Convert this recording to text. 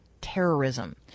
terrorism